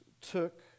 took